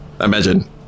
imagine